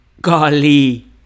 Golly